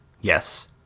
yes